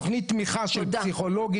תכנית תמיכה של פסיכולוגים,